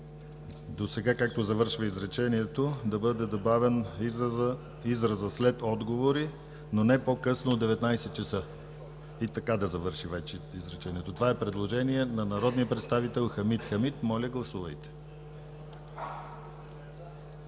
Досега, както завършва изречението, да бъде добавен изразът „след отговори, но не по-късно от 19,00 часа“, и така да завърши вече изречението. Това е предложение на народния представител Хамид Хамид. Моля, гласувайте.